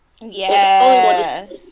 Yes